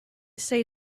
say